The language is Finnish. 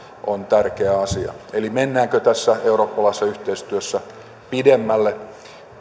on tärkeä asia eli mennäänkö tässä eurooppalaisessa yhteistyössä pidemmälle